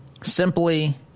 simply